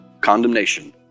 condemnation